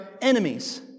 enemies